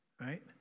Right